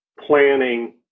planning